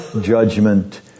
judgment